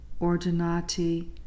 Ordinati